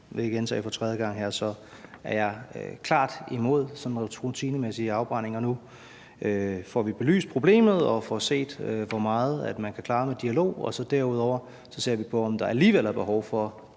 nu vil gentage for tredje gang, er jeg klart imod sådan en rutinemæssig afbrænding. Og nu får vi belyst problemet og får set, hvor meget man kan klare med dialog, og derudover ser vi på, om der alligevel er behov for